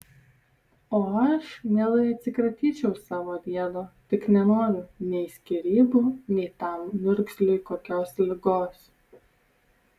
o aš mielai atsikratyčiau savo diedo tik nenoriu nei skyrybų nei tam niurgzliui kokios ligos